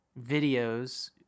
videos